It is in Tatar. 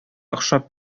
охшап